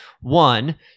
one